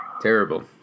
Terrible